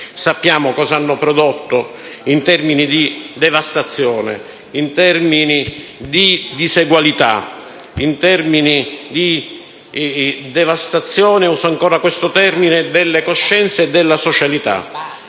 Sappiamo cosa hanno prodotto in termini di devastazione, di disegualità, di devastazione (uso ancora questo termine) delle coscienze, della socialità